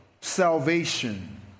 salvation